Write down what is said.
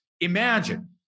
Imagine